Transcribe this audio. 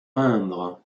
peindre